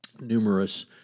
numerous